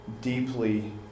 deeply